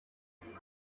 ncika